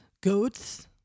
Goats